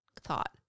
thought